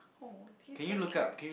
oh he's so cute